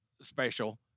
special